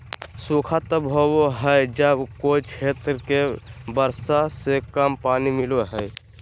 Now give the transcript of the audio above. सूखा तब होबो हइ जब कोय क्षेत्र के वर्षा से कम पानी मिलो हइ